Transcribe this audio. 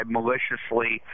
maliciously